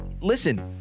listen